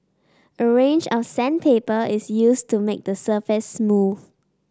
a range of sandpaper is used to make the surface smooth